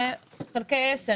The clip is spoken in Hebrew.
וחלקי עשר,